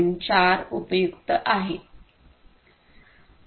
4 उपयुक्त आहे